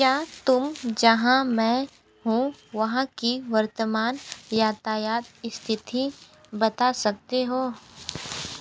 क्या तुम जहाँ मैं हूँ वहाँ की वर्तमान यातायात स्थिति बता सकते हो